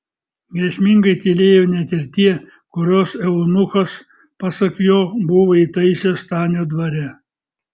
grėsmingai tylėjo net ir tie kuriuos eunuchas pasak jo buvo įtaisęs stanio dvare